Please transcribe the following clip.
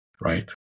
right